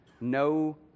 No